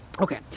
Okay